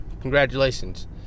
congratulations